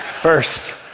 First